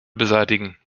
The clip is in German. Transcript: beseitigen